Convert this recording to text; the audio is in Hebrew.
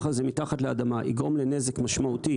הזה מתחת לאדמה יגרום לנזק משמעותי